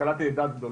קלטתי את דעת גדולים.